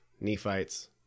Nephites